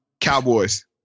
Cowboys